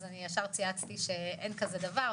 אז אני ישר צייצתי שאין כזה דבר,